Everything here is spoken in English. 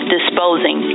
disposing